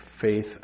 faith